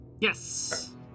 Yes